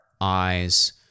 eyes